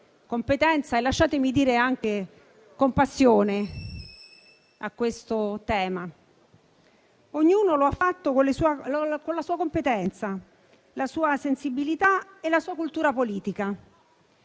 - lasciatemelo dire - anche con passione, al tema in esame. Ognuno lo ha fatto con la sua competenza, la sua sensibilità e la sua cultura politica.